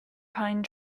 pine